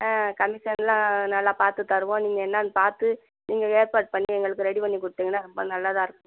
ஆ கமிஷன்லாம் நல்லா பார்த்துத் தருவோம் நீங்கள் என்னென்னுப் பார்த்து நீங்கள் ஏற்பாடு பண்ணி எங்களுக்கு ரெடி பண்ணி கொடுத்தீங்கன்னா ரொம்ப நல்லதாக இருக்கும்